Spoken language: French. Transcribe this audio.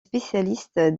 spécialiste